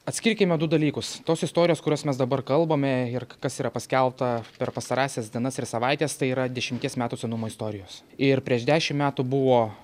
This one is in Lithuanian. atskirkime du dalykus tos istorijos kurias mes dabar kalbame ir kas yra paskelbta per pastarąsias dienas ir savaites tai yra dešimties metų senumo istorijos ir prieš dešimt metų buvo